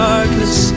Darkness